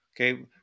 Okay